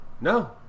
no